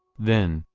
then,